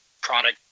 product